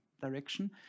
direction